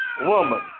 woman